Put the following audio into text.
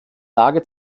lage